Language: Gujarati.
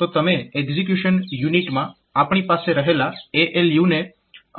તો તમે એક્ઝીક્યુશન યુનિટમાં આપણી પાસે રહેલા ALU ને